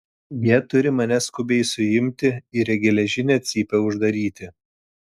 jie turi mane skubiai suimti ir į geležinę cypę uždaryti